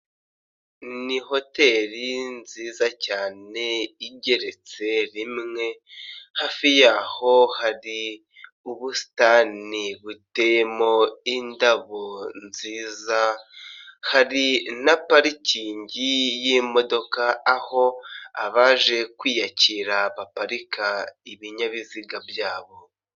Ni hoteri nziza cyane, igeretse rimwe, hafi yaho hari ubusitani buteyemo indabyo nziza, hari na parikingi y'imodoka, aho abaje kwiyakira baparika ibinyabiziga byabo.